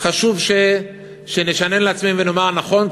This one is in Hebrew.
חשוב שנשנן לעצמנו ונאמר: נכון,